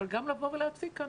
אבל גם לבוא ולהציג כאן.